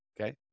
Okay